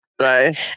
Right